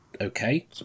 Okay